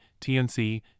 TNC